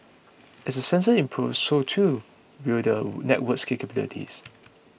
as the sensors improve so too will the network's capabilities